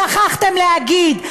שכחתם להגיד,